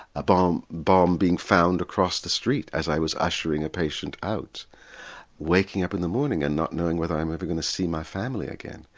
ah bomb bomb being found across the street as i was ushering a patient out waking up in the morning and not knowing whether i'm ever going to see my family again.